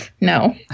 No